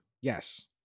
yes